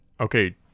Okay